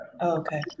Okay